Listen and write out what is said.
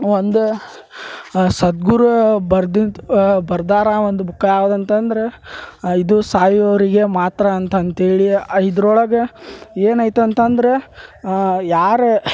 ಒಂದು ಸದ್ಗುರು ಬರ್ದಿದ್ದು ಬರ್ದಾರ ಒಂದು ಬುಕ್ಕಾ ಯಾವ್ದು ಅಂತಂದ್ರೆ ಇದು ಸಾಯುವವರಿಗೆ ಮಾತ್ರ ಅಂತಂತ್ಹೇಳಿ ಇದ್ರೊಳಗೆ ಏನು ಐತಿ ಅಂತಂದ್ರೆ ಯಾರು